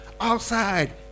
Outside